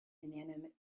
inanimate